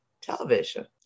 television